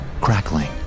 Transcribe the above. crackling